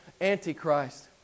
antichrist